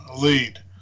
lead